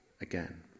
again